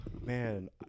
man